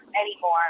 anymore